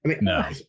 No